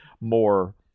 more